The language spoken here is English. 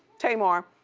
tamar,